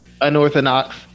unorthodox